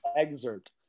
Excerpt